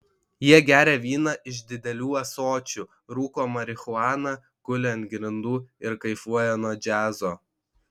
jie geria vyną iš didelių ąsočių rūko marihuaną guli ant grindų ir kaifuoja nuo džiazo